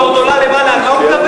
אתם לא יכולים,